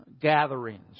gatherings